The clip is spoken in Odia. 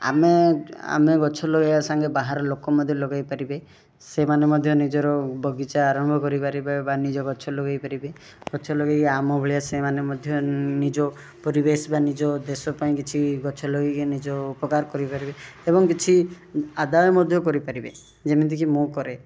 ଆମେ ଆମେ ଗଛ ଲଗାଇବା ସାଙ୍ଗେ ବାହାର ଲୋକ ମଧ୍ୟ ଲଗାଇପାରିବେ ସେମାନେ ମଧ୍ୟ ନିଜର ବଗିଚା ଆରମ୍ଭ କରିପାରିବେ ବା ନିଜ ଗଛ ଲଗାଇପାରିବେ ଗଛ ଲଗାଇକି ଆମ ଭଳିଆ ସେମାନେ ମଧ୍ୟ ନିଜ ପରିବେଶ ବା ନିଜ ଦେଶ ପାଇଁ କିଛି ଗଛ ଲଗାଇକି ନିଜ ଉପକାର କରିପାରିବେ ଏବଂ କିଛି ଆଦାୟ ମଧ୍ୟ କରିପାରିବେ ଯେମିତିକି ମୁଁ କରେ